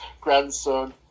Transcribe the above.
grandson